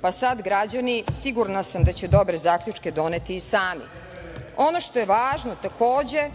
pa sad građani sigurna sam, da će dobre zaključke doneti i sami. Ono što je važno takođe,